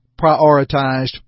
prioritized